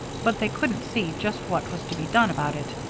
but they couldn't see just what was to be done about it.